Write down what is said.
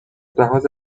لحاظ